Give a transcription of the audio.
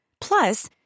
Plus